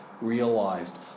realized